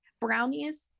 brownies